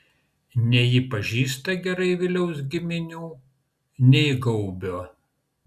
nei ji pažįsta gerai viliaus giminių nei gaubio